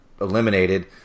eliminated